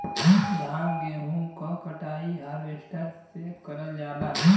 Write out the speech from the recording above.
धान गेहूं क कटाई हारवेस्टर से करल जाला